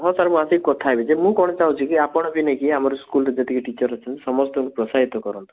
ହଁ ସାର୍ ମୁଁ ଆସିକି କଥା ହେବି ଯେ ମୁଁ କ'ଣ ଚାଁହୁଛି କି ଆପଣଙ୍କୁ ନେଇକି ଆମରି ସ୍କୁଲ୍ରେ ଯେତିକି ଟିଚର୍ ଅଛନ୍ତି ସମସ୍ତଙ୍କୁ ପ୍ରୋତ୍ସାହିତ କରନ୍ତୁ